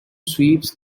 sweeps